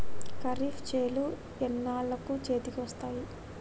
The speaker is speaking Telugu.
ఖరీఫ్ చేలు ఎన్నాళ్ళకు చేతికి వస్తాయి?